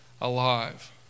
alive